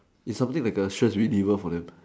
is something like a sure win evil for them